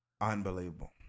Unbelievable